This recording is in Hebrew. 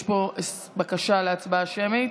יש פה בקשה להצבעה שמית,